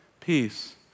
peace